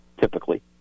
typically